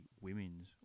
women's